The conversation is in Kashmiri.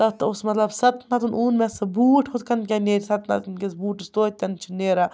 تَتھ اوس مطلب سَتَن ہَتَن اوٚن مےٚ سُہ بوٗٹ ہُتھ کٔنۍ کیٛاہ نیرِ سَتَن ہَتَن کِس بوٗٹَس توتہِ تہِ نہٕ چھِ نیران